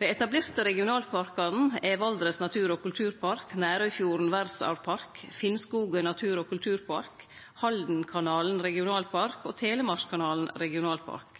Dei etablerte regionalparkane er Valdres Natur- og Kulturpark, Nærøyfjorden verdsarvpark, Finnskogen Natur & kulturpark, Regionalpark Haldenkanalen og Telemarkskanalen regionalpark.